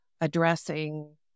addressing